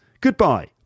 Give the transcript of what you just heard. goodbye